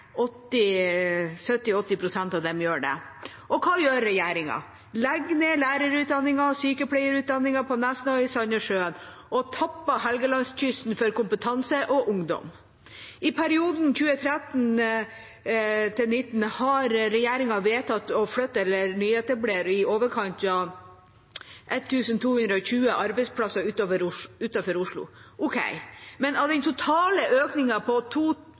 av dem gjør det. Og hva gjør regjeringa? De legger ned lærerutdanningen på Nesna og sykepleierutdanningen i Sandnessjøen og tapper Helgelandskysten for kompetanse og ungdom. I perioden 2013–2019 har regjeringa vedtatt å flytte eller nyetablere i overkant av 1 220 arbeidsplasser utenfor Oslo. Ok, men av den totale økningen på